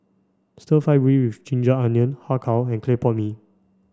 stir fry beef with ginger onions Har Kow and Clay Pot Mee